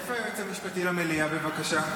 איפה היועץ המשפטי למליאה, בבקשה?